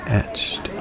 etched